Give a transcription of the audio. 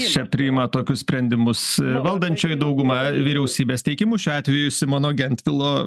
čia priima tokius sprendimus valdančioji dauguma vyriausybės teikimu šiuo atveju simono gentvilo